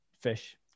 fish